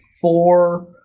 four